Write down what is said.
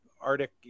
Arctic